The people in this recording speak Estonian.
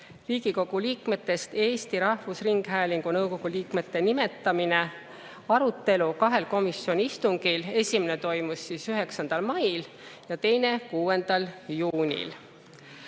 "Riigikogu liikmetest Eesti Rahvusringhäälingu nõukogu liikmete nimetamine" eelnõu arutelu kahel komisjoni istungil. Esimene toimus 9. mail ja teine 6. juunil.